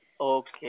Okay